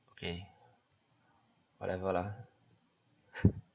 okay whatever lah